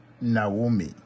Naomi